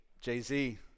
Jay-Z